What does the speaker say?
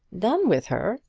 done with her!